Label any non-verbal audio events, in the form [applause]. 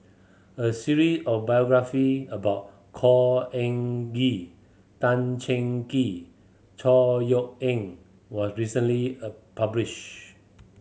a [unintelligible] of biography about Khor Ean Ghee Tan Cheng Kee Chor Yeok Eng was recently [unintelligible] published